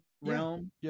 realm